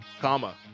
Comma